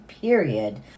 period